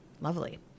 lovely